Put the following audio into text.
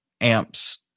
amps